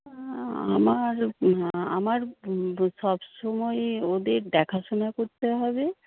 আমার না আমার সবসময়ই ওদের দেখাশোনা করতে হবে